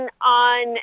on